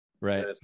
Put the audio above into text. Right